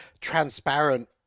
transparent